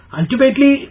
ultimately